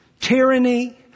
tyranny